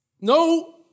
no